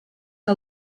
que